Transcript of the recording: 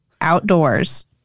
outdoors